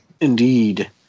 Indeed